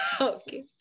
Okay